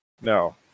No